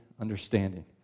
understanding